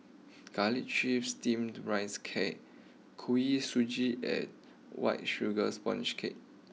Garlic Chives Steamed Rice Cake Kuih Suji and White Sugar Sponge Cake